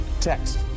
text